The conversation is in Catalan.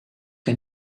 que